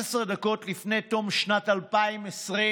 15 דקות לפני תום שנת 2020,